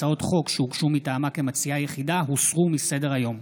הצעות חוק שהוגשו מטעמה כמציעה יחידה הוסרו מסדר-היום.